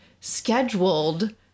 scheduled